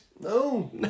No